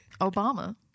Obama